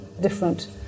different